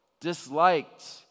disliked